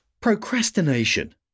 Procrastination